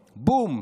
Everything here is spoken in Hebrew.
בום,